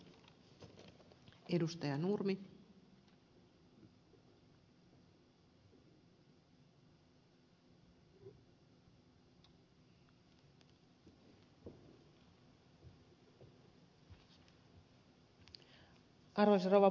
arvoisa rouva puhemies